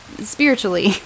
spiritually